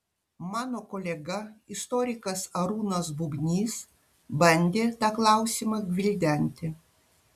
mano kolega istorikas arūnas bubnys bandė tą klausimą gvildenti